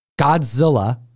Godzilla